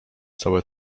całe